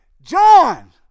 John